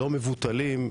לא מבוטלים,